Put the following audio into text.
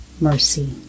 mercy